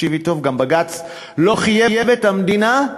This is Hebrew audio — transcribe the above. תקשיבי טוב, גם בג"ץ לא חייב את המדינה.